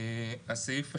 הסעיף השני,